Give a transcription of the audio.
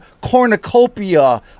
cornucopia